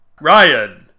Ryan